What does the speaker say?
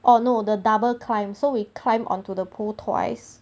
oh no the double climb so we climb onto the pool twice